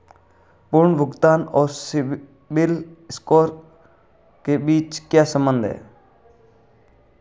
पुनर्भुगतान और CIBIL score के बीच क्या संबंध है?